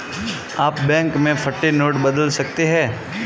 आप बैंक में फटे नोट बदल सकते हैं